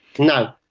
now,